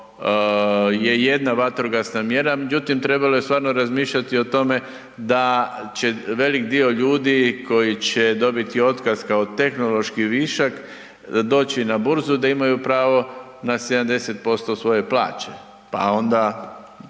je jedna vatrogasna mjera. Međutim, trebalo je stvarno razmišljati o tome da će velik dio ljudi koji će dobiti otkaz kao tehnološki višak doći na burzu da imaju pravo na 70% svoje plaće. Pa onda